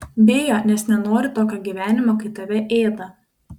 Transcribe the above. bijo nes nenori tokio gyvenimo kai tave ėda